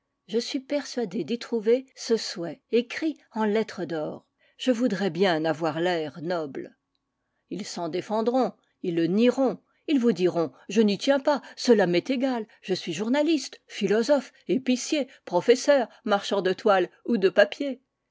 je suis persuadé d'y trouver ce souhait écrit en lettres d'or je voudrais bien avoir vair noble ils s'en défendront ils le nieront ils vous diront je n'y tiens pas cela m'est égal je suis journaliste philosophe épicier professeur marchand de toile ou de papier